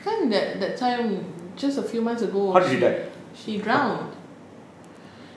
cause that that time just a few months ago she she drowned